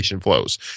flows